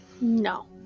No